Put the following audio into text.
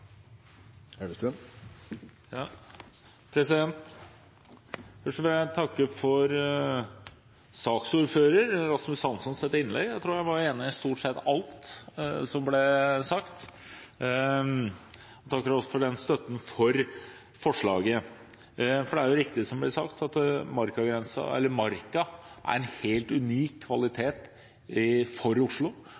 Først vil jeg takke for innlegget fra saksordføreren, Rasmus Hansson. Jeg tror jeg var enig i stort sett alt som ble sagt. Jeg takker også for støtten til forslaget. Det er riktig som det blir sagt, at marka er en helt unik